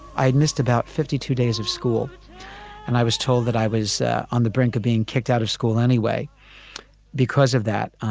i'd missed about fifty two days of school and i was told that i was on the brink of being kicked out of school anyway because of that.